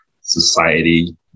society